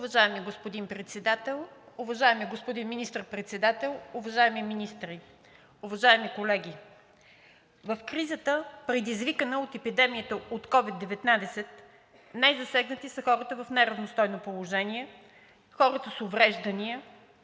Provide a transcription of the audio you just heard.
Уважаеми господин Председател, уважаеми господин Министър-председател, уважаеми министри, уважаеми колеги! В кризата, предизвикана от епидемията от COVID-19, най-засегнати са хората в неравностойно положение, хората с увреждания,